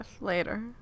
Later